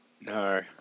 No